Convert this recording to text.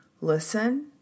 listen